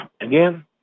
again